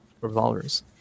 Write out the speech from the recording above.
revolvers